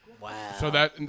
Wow